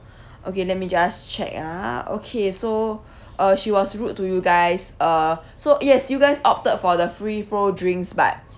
okay let me just check ah okay so uh she was rude to you guys uh so yes you guys opted for the free flow drinks but